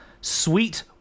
sweet